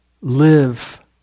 live